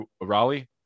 Raleigh